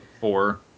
Four